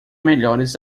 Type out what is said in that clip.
melhores